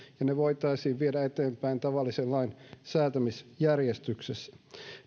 ja se voitaisiin viedä eteenpäin tavallisen lain säätämisjärjestyksessä